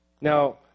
Now